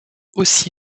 aussi